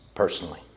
Personally